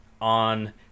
on